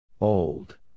Old